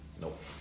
Nope